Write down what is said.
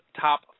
top